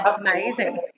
amazing